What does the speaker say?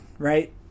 right